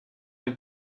like